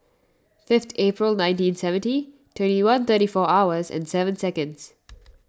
fifth April nineteen seventy twenty one thirty four hours and seven seconds